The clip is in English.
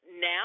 Now